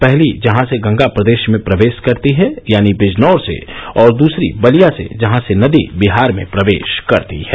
पहली जहां से गंगा प्रदेश में प्रवेश करती है यानी बिजनौर से और दूसरी बलिया से जहां से नदी बिहार में प्रवेश करती है